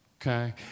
okay